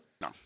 No